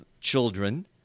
children